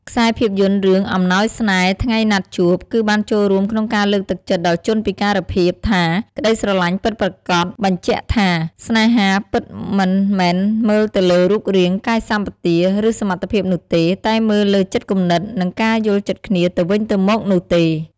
ខ្សែរភាពយន្តរឿង អំណោយស្នេហ៍ថ្ងៃណាត់ជួប គឺបានចូលរួមក្នុងការលើកទឹកចិត្តដល់ជនពិការភាពថា ក្តីស្រឡាញ់ពិតប្រាកដបញ្ជាក់ថា ស្នេហាពិតមិនមែនមើលទៅលើរូបរាង កាយសម្បទា ឬសមត្ថភាពនោះទេ តែមើលលើចិត្តគំនិត និងការយល់ចិត្តគ្នាទៅវិញទៅមកនោះទេ ។